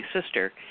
sister